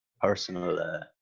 personal